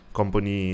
company